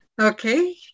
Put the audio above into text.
Okay